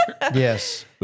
Yes